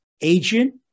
agent